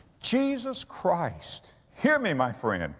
jesus christ, hear me my friend,